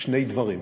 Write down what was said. שני דברים,